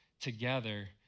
together